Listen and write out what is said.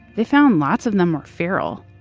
they found lots of them were feral.